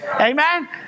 Amen